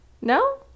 no